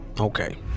Okay